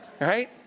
right